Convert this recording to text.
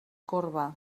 corba